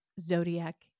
Zodiac